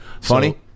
Funny